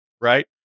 right